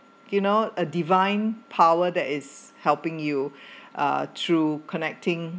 you know a divine power that is helping you are through connecting